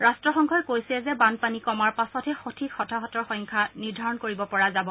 ৰাট্টসংঘই কৈছে যে বানপানী কমাৰ পাছতহে সঠিক হতাহতৰ সংখ্যা নিৰ্ধাৰণ কৰিব পৰা যাব